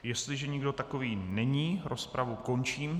Jestliže nikdo takový není, rozpravu končím.